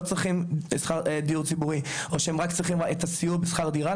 צריכים דיור ציבורי אן שהם רק צריכים את הסיוע בשכר דירה,